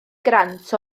grant